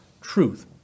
Truth